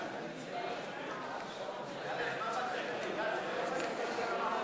לשנת התקציב 2016, כהצעת הוועדה,